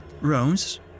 Rose